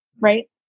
right